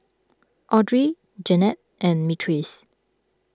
Audrey Janene and Myrtice